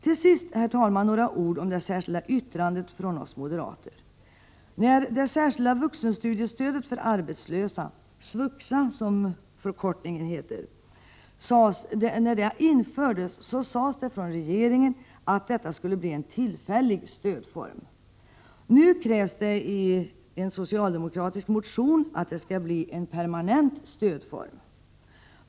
Till sist, herr talman, några ord om det särskilda yttrandet från oss moderater. När det särskilda vuxenstudiestödet för arbetslösa, SVUXA, infördes sade regeringen att detta skulle bli en tillfällig stödform. Nu krävs i en socialdemokratisk motion att det skall bli en permanent stödform.